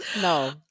No